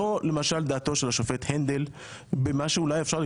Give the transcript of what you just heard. זו למשל דעתו של השופט הנדל במה שאפשר אולי